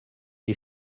des